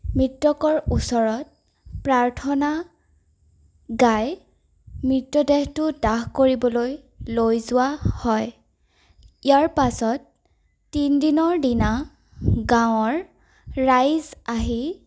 মৃতকৰ ওচৰত প্ৰাৰ্থনা গাই মৃতদেহটো দাহ কৰিবলৈ লৈ যোৱা হয় ইয়াৰ পাছত তিনিদিনৰ দিনা গাঁৱৰ ৰাইজ আহি